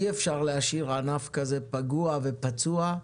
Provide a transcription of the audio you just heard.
אי אפשר להשאיר ענף כזה פגוע ופצוע.